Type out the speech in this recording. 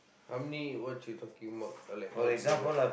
how many watch you talking about or like all together